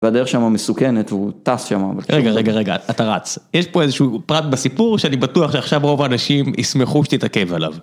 הדרך שמה מסוכנת והוא טס שמה. רגע, רגע, רגע, אתה רץ. יש פה איזשהו פרט בסיפור שאני בטוח שעכשיו רוב האנשים ישמחו שתתעכב עליו.